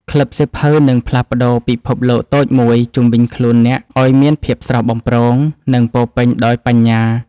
ក្លឹបសៀវភៅនឹងផ្លាស់ប្តូរពិភពលោកតូចមួយជុំវិញខ្លួនអ្នកឱ្យមានភាពស្រស់បំព្រង និងពោរពេញដោយបញ្ញា។